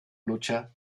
lucha